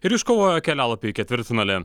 ir iškovojo kelialapį į ketvirtfinalį